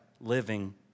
living